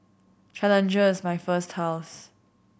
Challenger is my first house